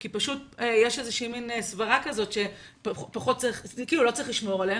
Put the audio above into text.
כי יש סברה כזאת שלא צריך לשמור עליהם,